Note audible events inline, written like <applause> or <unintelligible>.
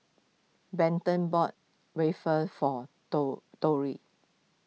Benton bought Waffle for <unintelligible>